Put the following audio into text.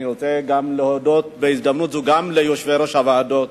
אני רוצה גם להודות בהזדמנות זו ליושבי-ראש הוועדות